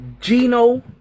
Gino